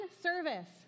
service